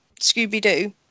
Scooby-Doo